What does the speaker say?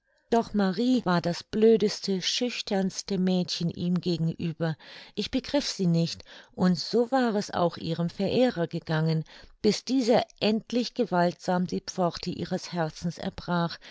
doch marie war das blödeste schüchternste mädchen ihm gegenüber ich begriff sie nicht und so war es auch ihrem verehrer gegangen bis dieser endlich gewaltsam die pforte ihres herzens erbrach